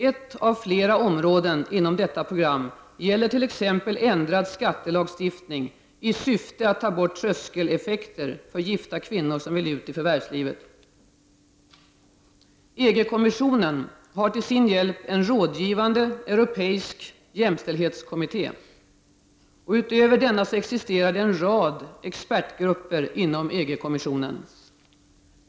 Ett av flera områden inom detta program gäller t.ex. ändrad skattelagstiftning i syfte att ta bort tröskeleffekter för gifta kvinnor som vill ut i förvärvslivet. EG-kommissionen har till sin hjälp en rådgivande europeisk jämställdhetskommitté. Utöver denna existerar en rad expertgrupper inom EG-kommissionen.